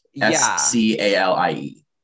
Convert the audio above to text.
S-C-A-L-I-E